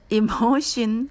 emotion